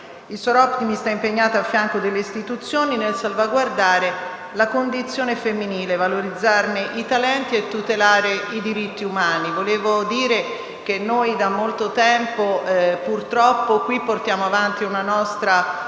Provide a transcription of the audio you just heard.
Il Soroptimist è impegnato a fianco delle istituzioni nel salvaguardare la condizione femminile, valorizzarne i talenti e tutelare i diritti umani. Volevo quindi dire che noi da molto tempo, purtroppo, qui portiamo avanti una nostra